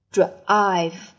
Drive